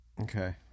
Okay